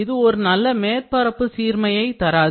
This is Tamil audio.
இது ஒரு நல்ல மேற்பரப்பு சீர்மையை தராது